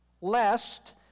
Lest